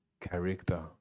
character